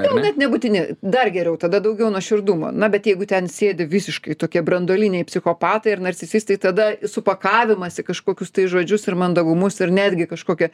gal net nebūtini dar geriau tada daugiau nuoširdumo na bet jeigu ten sėdi visiškai tokie branduoliniai psichopatai ir narcizai tada supakavimas į kažkokius tai žodžius ir mandagumus ir netgi kažkokią